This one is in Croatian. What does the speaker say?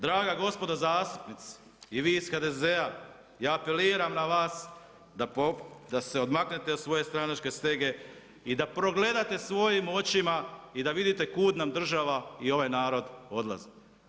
Draga gospodo zastupnici i vi iz HDZ-a ja apeliram na vas, da se odmaknete od svoje stranačke stege i da pogledate svojim očima i da vidite kud nam država i ovaj narod odlazi.